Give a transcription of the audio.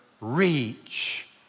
reach